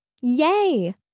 Yay